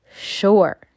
sure